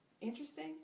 interesting